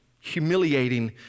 humiliating